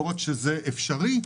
לא רק שזה אפשרי,